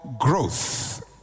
growth